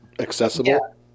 accessible